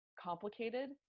complicated